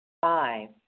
Five